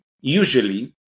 usually